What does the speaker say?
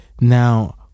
now